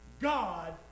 God